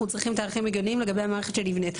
צריכים תאריכים הגיוניים לגבי המערכת שנבנית.